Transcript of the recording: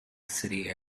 city